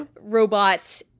robot